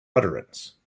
utterance